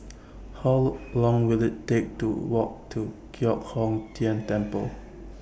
How Long Will IT Take to Walk to Giok Hong Tian Temple